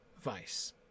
vice